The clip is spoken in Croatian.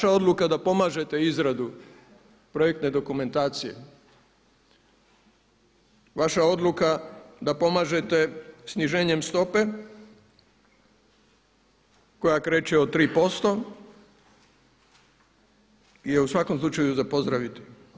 Vaša odluka da pomažete izradu projektne dokumentacije, vaša odluka da pomažete sniženjem stope koja kreće od 3% je u svakom slučaju za pozdraviti.